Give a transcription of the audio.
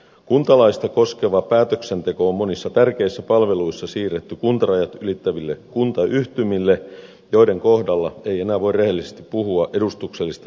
kuntalaista koskeva päätöksenteko on monissa tärkeissä palveluissa siirretty kuntarajat ylittäville kuntayhtymille joiden kohdalla ei enää voi rehellisesti puhua edustuksellisesta demokratiasta